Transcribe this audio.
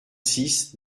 six